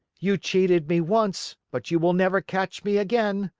you cheated me once, but you will never catch me again.